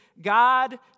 God